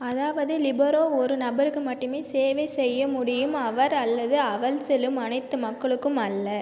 அதாவது லிபெரோ ஒரு நபருக்கு மட்டுமே சேவை செய்ய முடியும் அவர் அல்லது அவள் செல்லும் அனைத்து மக்களுக்கும் அல்ல